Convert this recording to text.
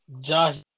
Josh